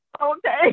Okay